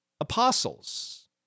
apostles